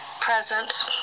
present